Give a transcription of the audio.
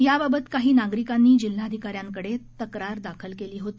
याबाबत काही नागरिकांनी जिल्हाधिकाऱ्यांकडे तक्रार दाखल केली होती